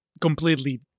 completely